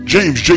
James